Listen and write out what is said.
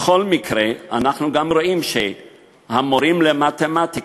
בכל מקרה, אנחנו גם רואים שהמורים למתמטיקה,